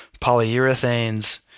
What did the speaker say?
polyurethanes